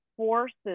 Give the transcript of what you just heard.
Forces